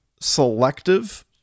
selective